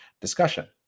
discussion